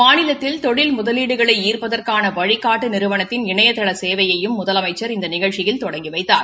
மாநிலத்தில் தொழில் முதலீடுகளை ஈ்ப்பதற்கான வழினட்டு நிறுவனத்தின் இணையதள சேவையையும் ழுதலமைச்சர் இந்த நிகழ்ச்சியில் தொடங்கி வைத்தார்